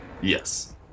Yes